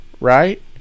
right